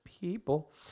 people